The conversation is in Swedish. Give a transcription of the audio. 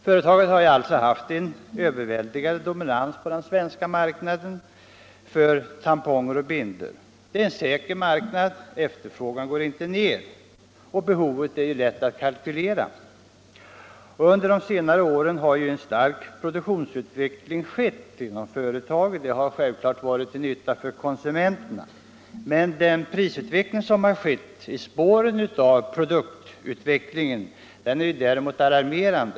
Företaget har alltså haft en överväldigande dominans på den svenska marknaden för tamponger och bindor. Det är en säker marknad — efterfrågan går inte ner och behovet är lätt att kalkylera. Under senare år har en stark produktutveckling skett inom företaget. Det har självfallet varit till nytta för konsumenterna, men den prisutveckling som skett i spåren av produktutvecklingen är alarmerande.